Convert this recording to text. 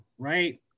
Right